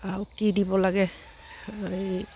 আৰু কি দিব লাগে এই